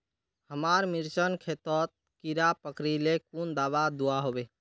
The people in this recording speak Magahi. हमार मिर्चन खेतोत कीड़ा पकरिले कुन दाबा दुआहोबे?